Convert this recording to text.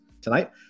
tonight